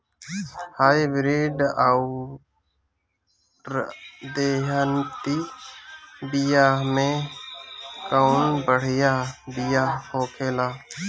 Hybrid अउर देहाती बिया मे कउन बढ़िया बिया होखेला?